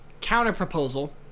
Counter-proposal